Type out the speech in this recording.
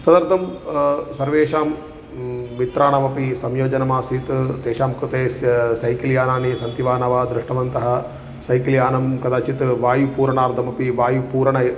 तदर्थं सर्वेषां मित्राणामपि संयोजनमासीत् तेषां कृते तस्य सैकल् यानानि सन्ति वा न वा दृष्टवन्तः सैकल् यानं कदाचित् वायुपूर्णार्थमपि वायुपूर्णं